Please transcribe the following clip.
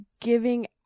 giving